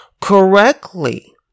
Correctly